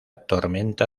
tormenta